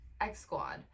X-Squad